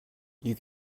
you